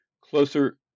closer